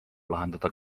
lahendada